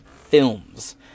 films